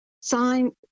Sign